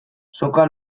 soka